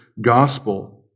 gospel